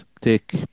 take